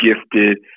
gifted